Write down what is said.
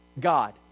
God